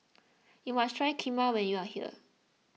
you must try Kheema when you are here